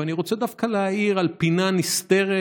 ואני רוצה דווקא להאיר על פינה נסתרת